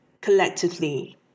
collectively